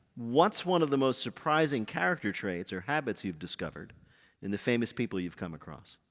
what's one of the most surprising character traits or habits you've discovered in the famous people you've come across?